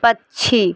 पक्षी